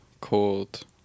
cold